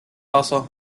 also